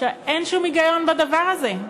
אין שום היגיון בדבר הזה.